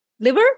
Liver